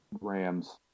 Rams